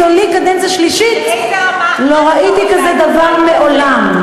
זו לי קדנציה שלישית, לא ראיתי כזה דבר מעולם.